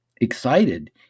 Excited